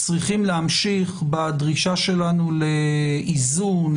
צריכים להמשיך בדרישה שלנו לאיזון,